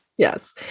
Yes